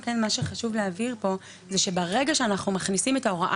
מה שחשוב להבהיר פה זה שברגע שאנחנו מכניסים את ההוראה